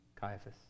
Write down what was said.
Caiaphas